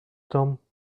temps